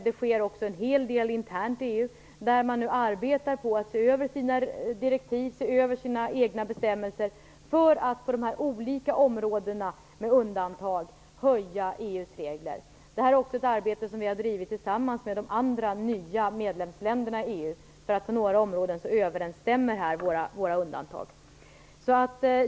Det sker också en hel del internt i EU där man arbetar med att se över sina direktiv och sina egna bestämmelser för att på dessa olika områden med undantag höja nivån på EU:s regler. Det är också ett arbete som vi har drivit tillsammans med de andra nya medlemsländerna i EU, eftersom våra undantag överensstämmer på några områden.